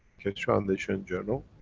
keshe foundation journal,